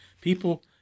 People